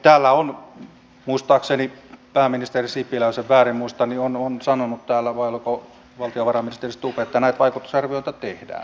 täällä muistaakseni pääministeri sipilä jos en väärin muista on sanonut vai oliko valtiovarainministeri stubb että näitä vaikutusarvioita tehdään